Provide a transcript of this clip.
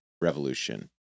revolution